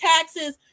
taxes